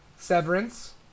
severance